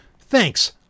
thanks